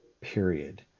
period